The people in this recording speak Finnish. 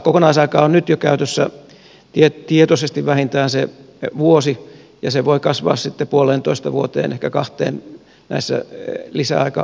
kokonaisaika on nyt jo käytössä tietoisesti vähintään se vuosi ja se voi kasvaa sitten puoleentoista vuoteen ehkä kahteen näissä lisäaikahakemuksissa